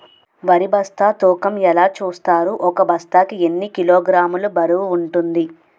వరి బస్తా తూకం ఎలా చూస్తారు? ఒక బస్తా కి ఎన్ని కిలోగ్రామ్స్ బరువు వుంటుంది?